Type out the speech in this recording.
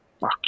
Fuck